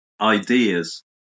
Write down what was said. ideas